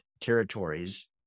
territories